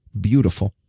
Beautiful